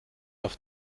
auf